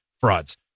frauds